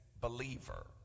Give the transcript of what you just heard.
believer